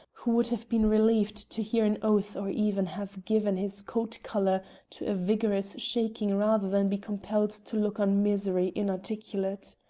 who would have been relieved to hear an oath or even have given his coat-collar to a vigorous shaking rather than be compelled to look on misery inarticulate.